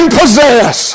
possess